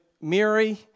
Mary